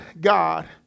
God